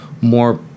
more